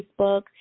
Facebook